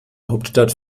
hauptstadt